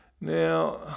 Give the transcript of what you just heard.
now